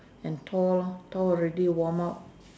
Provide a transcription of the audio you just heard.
and thaw lor thaw already warm up